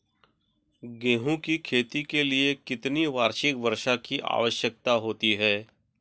गेहूँ की खेती के लिए कितनी वार्षिक वर्षा की आवश्यकता होती है?